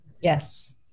Yes